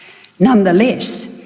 nonetheless,